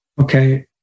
Okay